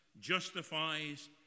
justifies